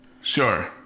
Sure